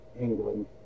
England